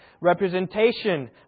representation